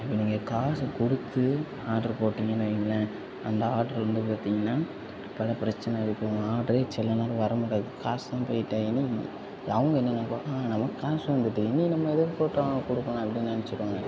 நீங்கள் காசை கொடுத்து ஆட்ரு போட்டிங்கேன்னு வைங்களேன் அந்த ஆட்ரு வந்து பார்த்தீங்கன்னா பல பிரச்சனை வைக்கும் ஆட்ரே சில நேரம் வர முடியாது காசும் போயிவிட்டா என்ன என்ன நினைப்பாங்க ஆனால் நமக்கு காசு வந்துவிட்டு இனி நம்ம எதுவும் போட்டோம் கொடுக்கல அப்படின்னு நினச்சிக்கோங்க